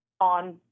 on